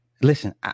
Listen